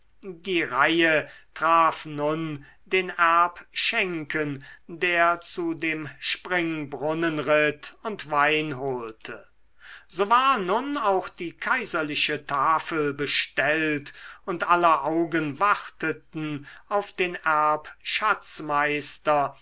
die reihe traf nun den erbschenken der zu dem springbrunnen ritt und wein holte so war nun auch die kaiserliche tafel bestellt und aller augen warteten auf den erbschatzmeister